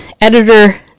editor